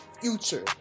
future